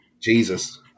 jesus